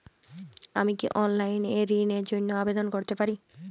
আমি কি অনলাইন এ ঋণ র জন্য আবেদন করতে পারি?